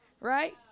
right